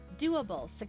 doable